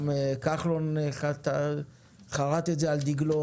גם כחלון חרט את זה על דגלו,